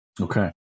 Okay